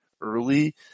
early